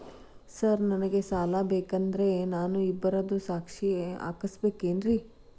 Sir ನನಗೆ ಸಾಲ ಬೇಕಂದ್ರೆ ನಾನು ಇಬ್ಬರದು ಸಾಕ್ಷಿ ಹಾಕಸಬೇಕೇನ್ರಿ?